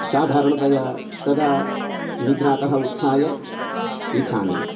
साधारणतया तदा निद्रातः उत्थाय लिखामि